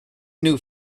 new